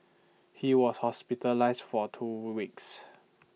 he was hospitalised for two weeks